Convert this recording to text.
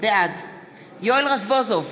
בעד יואל רזבוזוב,